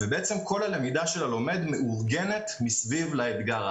כל הלמידה של הלומד מאורגנת מסביב לאתגר.